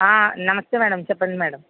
ఆ నమస్తే మ్యాడం చెప్పండి మ్యాడం